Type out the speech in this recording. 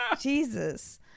Jesus